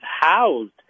housed